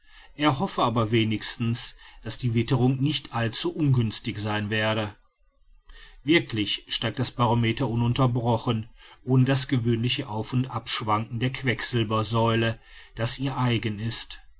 er hoffe aber wenigstens daß die witterung nicht allzu ungünstig sein werde wirklich steigt das barometer ununterbrochen ohne das gewöhnliche auf und abschwanken der quecksilbersäule das ihr eigen ist